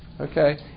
okay